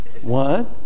One